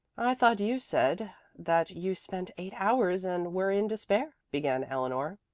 i thought you said that you spent eight hours and were in despair began eleanor.